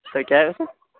سر کیا ہے سر